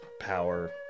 power